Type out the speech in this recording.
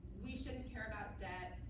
we shouldn't care about debt.